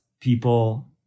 people